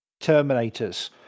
Terminators